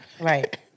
Right